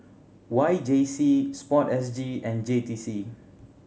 Y J C Sport S G and J T C